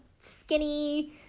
skinny